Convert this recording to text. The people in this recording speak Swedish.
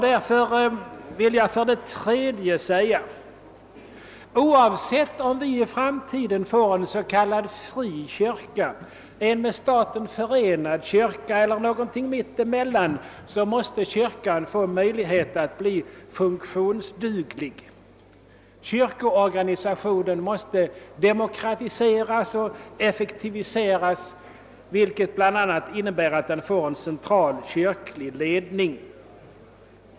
Därför vill jag för det tredje framhålla, att oavsett om vi i framtiden får en s.k. fri kyrka, en med staten förenad kyrka eller något mellanting, så måste kyrkan få möjlighet att bli funktionsduglig. Kyrkoorganisationen måste demokratiseras och effektiviseras, vilket bl.a. innebär att den får en central kyrklig ledning.